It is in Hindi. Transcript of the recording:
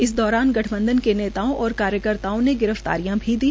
इस दौरान गठबंधन के नेताओं और कार्यकर्ताओं ने गिरफ्तारियां भी दी